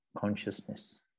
consciousness